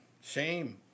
shame